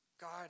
God